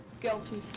guilty.